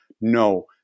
no